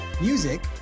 Music